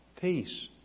peace